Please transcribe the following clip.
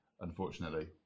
unfortunately